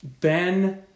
Ben